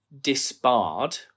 disbarred